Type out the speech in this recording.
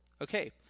Okay